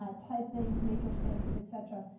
ah type things, maker spaces, et cetera.